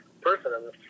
person